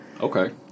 Okay